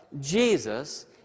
Jesus